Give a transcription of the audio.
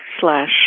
slash